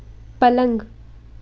पलंग